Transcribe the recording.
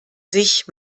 sich